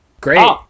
Great